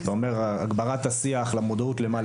הגברת השיח למודעות למה?